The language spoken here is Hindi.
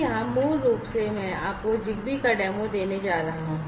यहाँ मूल रूप से मैं आपको ZigBee का डेमो देने जा रहा हूँ